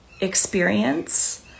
experience